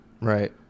Right